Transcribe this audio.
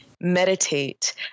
meditate